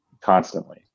constantly